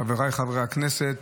חבריי חברי הכנסת,